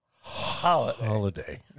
Holiday